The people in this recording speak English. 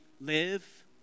live